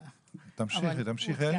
נפלה.